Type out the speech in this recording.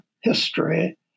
history